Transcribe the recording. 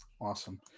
Awesome